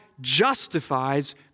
justifies